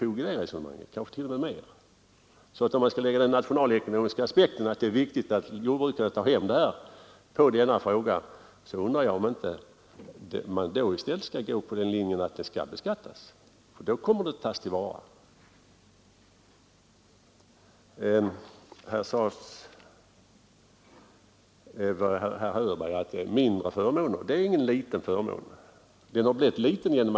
Om man anlägger den nationalekonomiska aspekten att det är viktigt att jordbrukarna tar vara på detta virke, undrar jag därför om man inte i stället bör följa den linjen att detta bränsle skall beskattas Herr Hörberg sade att det gäller en mindre förmån. Det är ingen liten förmån det är fråga om.